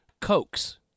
Cokes